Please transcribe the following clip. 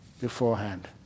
beforehand